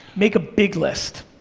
make a big list.